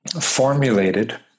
formulated